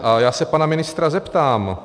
A já se pana ministr zeptám.